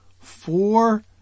four